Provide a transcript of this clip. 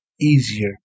easier